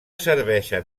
serveixen